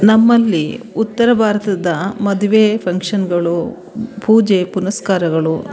ನಮ್ಮಲ್ಲಿ ಉತ್ತರ ಭಾರತದ ಮದುವೆ ಫಂಕ್ಷನ್ಗಳು ಪೂಜೆ ಪುನಸ್ಕಾರಗಳು